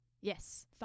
Yes